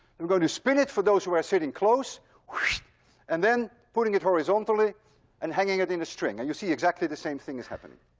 i'm going to spin it, for those who are sitting close whoosh and then putting it horizontally and hanging it in a string, and you'll see exactly the same thing is happening.